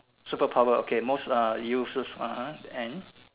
superpower okay most uh useless one and